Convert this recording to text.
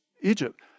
Egypt